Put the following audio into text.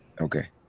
Okay